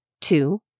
Two